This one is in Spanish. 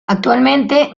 actualmente